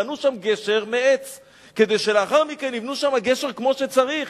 בנו שם גשר מעץ כדי שלאחר מכן יבנו שם גשר כמו שצריך,